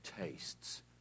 tastes